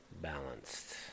balanced